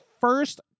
first